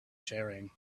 sharing